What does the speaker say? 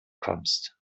kommst